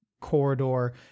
corridor